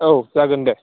औ जागोन दे